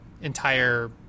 entire